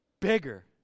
bigger